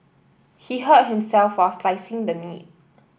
he hurt himself while slicing the meat